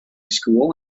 school